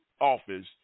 office